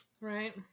Right